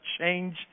change